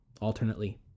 alternately